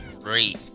great